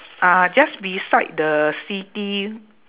uh just beside the city